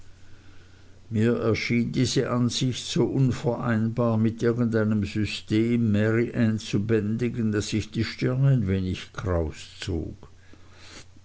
mir erschien diese ansicht so unvereinbar mit irgend einem system mary anne zu bändigen daß ich die stirn ein wenig kraus zog